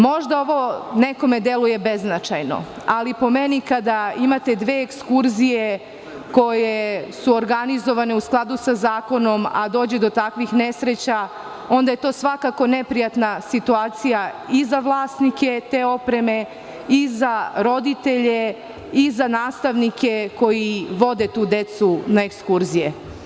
Možda ovo nekome deluje beznačajno, ali po meni kada imate dve ekskurzije koje su organizovane u skladu sa zakonom a dođe do takvih nesreća, onda je to svakako neprijatna situacija i za vlasnike te opreme, i za roditelje, i za nastavnike koji vode tu decu na ekskurzije.